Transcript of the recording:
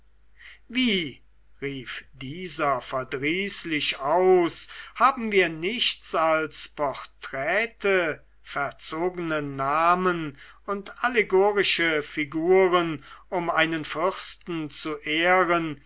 wie rief dieser verdrießlich aus haben wir nichts als porträte verzogene namen und allegorische figuren um einen fürsten zu ehren